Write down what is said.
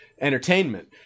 entertainment